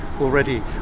already